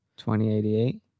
2088